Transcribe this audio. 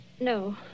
No